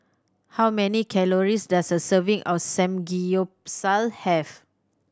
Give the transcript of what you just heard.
how many calories does a serving of Samgeyopsal have